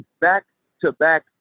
back-to-back